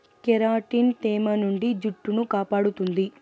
keratin తేమ నుండి జుట్టును కాపాడుతుంది